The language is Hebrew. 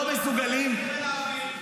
לא מסוגלים --- לא ירדו על טייסי חיל האוויר.